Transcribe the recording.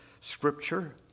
scripture